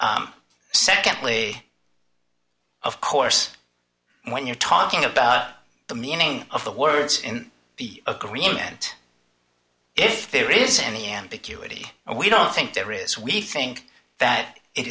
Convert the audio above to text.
services secondly of course when you're talking about the meaning of the words in the agreement if there is any ambiguity and we don't think there is we think that it